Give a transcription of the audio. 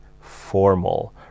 formal